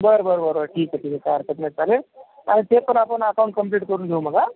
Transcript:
बर बर बर बर ठीक आहे ठीक आहे काय हरकत नाही त्याला ते पण अकाऊंट आपण कंप्लीट करून घेऊ मग हा